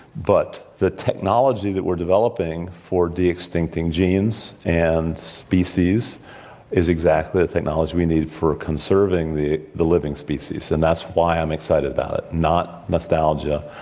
but the technology that we're developing for de-extincting genes and species is exactly the technology that we need for conserving the the living species. and that's why i'm excited about it not nostalgia,